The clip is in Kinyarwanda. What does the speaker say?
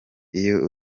iyo